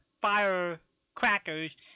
firecrackers